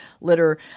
litter